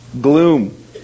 Gloom